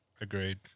Agreed